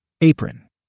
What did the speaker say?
Apron